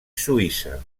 suïssa